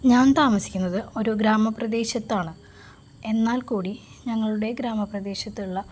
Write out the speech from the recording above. ഞാൻ താമസിക്കുന്നത് ഒരു ഗ്രാമപ്രദേശത്താണ് എന്നാൽക്കൂടി ഞങ്ങളുടെ ഗ്രാമപ്രദേശത്തുള്ള